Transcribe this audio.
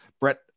Brett